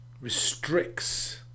restricts